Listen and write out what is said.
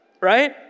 Right